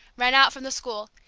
ran out from the school,